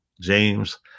James